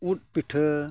ᱳᱫ ᱯᱤᱴᱷᱟᱹ